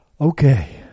Okay